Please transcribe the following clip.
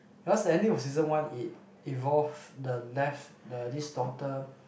because ending of season one it evolved the left the this doctor